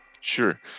Sure